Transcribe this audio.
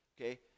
Okay